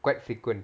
quite frequent